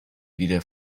wieder